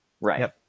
Right